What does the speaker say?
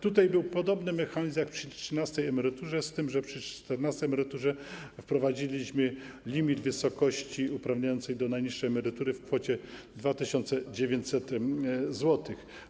Tutaj był podobny mechanizm jak przy trzynastej emeryturze, z tym że przy czternastej emeryturze wprowadziliśmy limit w wysokości uprawniającej do najniższej emerytury w kwocie 2900 zł.